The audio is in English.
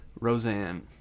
Roseanne